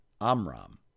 Amram